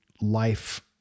life